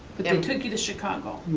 but um took you to chicago.